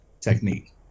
technique